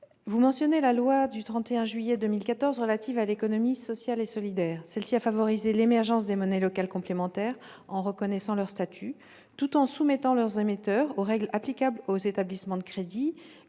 vous mentionnez la loi du 31 juillet 2014 relative à l'économie sociale et solidaire. Ce texte a favorisé l'émergence des monnaies locales complémentaires en reconnaissant leur statut, tout en soumettant leurs émetteurs aux règles applicables aux établissements de crédit